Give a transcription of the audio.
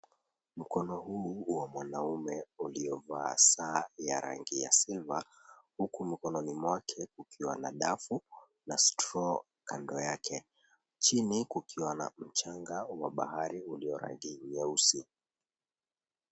Mkono huu wa mwanaume uliovaa saa ya rangi ya silver , huku mkononi mwake kukiwa na dafu na straw kando yake. Chini kukiwa na mchanga wa bahari ulio rangi nyeusi.